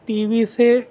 T V سے